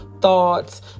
thoughts